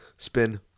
Spin